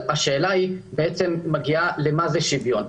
המחלוקת נעוצה בשאלה מהו שוויון.